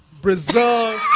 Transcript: Brazil